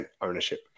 ownership